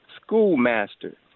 schoolmaster